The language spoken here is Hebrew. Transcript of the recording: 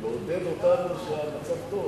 מעודד אותנו שהמצב טוב.